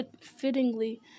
fittingly